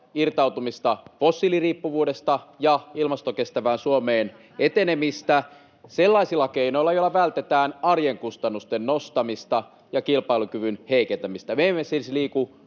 irtautumista fossiiliriippuvuudesta ja ilmastokestävään Suomeen etenemistä sellaisilla keinoilla, joilla vältetään arjen kustannusten nostamista ja kilpailukyvyn heikentämistä.